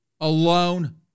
alone